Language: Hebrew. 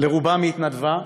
לרובם היא התנדבה.